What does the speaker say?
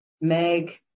Meg